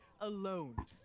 alone